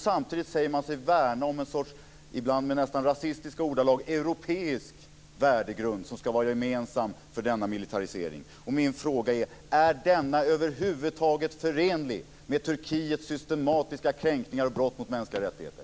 Samtidigt säger man sig värna, ibland i nästan rasistiska ordalag, om en sorts europeisk värdegrund som ska vara gemensam för denna militarisering. Min fråga är: Är denna över huvud taget förenlig med Turkiets systematiska kränkningar och brott mot mänskliga rättigheter?